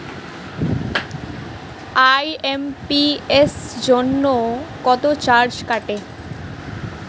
IMPS জন্য কত charge কাটে?